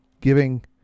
giving